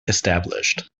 established